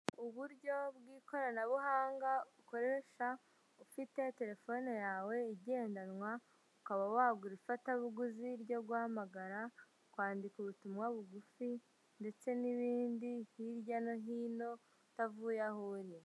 Uburyo bw'ikoranabuhanga, ukoresha ufite telefone yawe igendanwa, ukaba wagura ifatabuguzi ryo guhamagara, kwandika ubutumwa bugufi ndetse n'ibindi hirya no hino, utavuye aho uri.